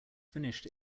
finished